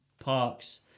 Parks